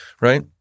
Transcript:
Right